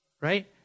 Right